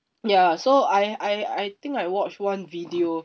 ya so I I I think I watched one video